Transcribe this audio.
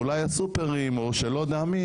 ואולי הסופרים או שלא יודע מי,